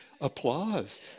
applause